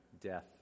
death